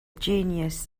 genius